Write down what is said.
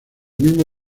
mismo